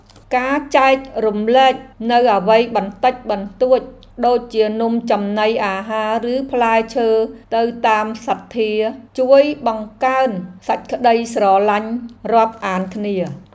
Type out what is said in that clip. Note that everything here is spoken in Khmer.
ការចែករំលែកនូវអ្វីបន្តិចបន្តួចដូចជានំចំណីអាហារឬផ្លែឈើទៅតាមសទ្ធាជួយបង្កើនសេចក្តីស្រឡាញ់រាប់អានគ្នា។